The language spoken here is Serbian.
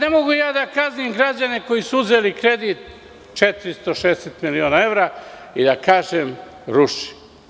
Ne mogu da kaznim građane koji su uzeli kredit 460 miliona evra i da kažem – ruši.